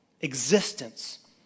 existence